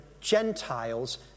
Gentiles